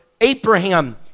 Abraham